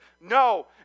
no